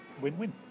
win-win